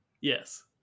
Yes